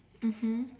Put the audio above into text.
mmhmm